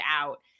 out